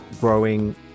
growing